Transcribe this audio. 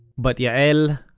but yael,